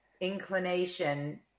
inclination